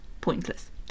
pointless